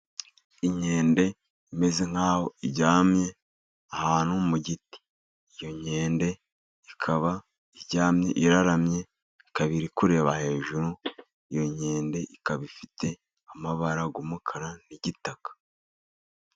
Inkende imeze nk'aho iryamye ahantu mu giti. Iyo nkende ikaba iryamye iraramye, ikaba iri kureba hejuru. Iyo nkende ikaba ifite amabara y'umukara n'igitaka.